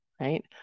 right